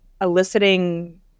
eliciting